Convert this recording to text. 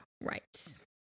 Right